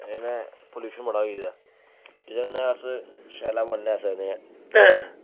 एह्दे पलूशन बड़ा होई गेदा जेह्दे कन्नै अस शैल हवा निं लेई सकने आं